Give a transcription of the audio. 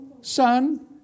Son